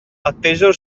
attesero